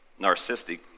narcissistic